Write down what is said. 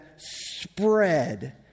spread